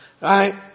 Right